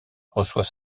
reçoit